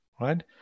right